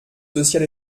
social